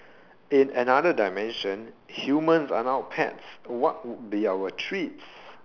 in another dimension humans are now pets what would be our treats